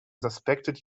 suspected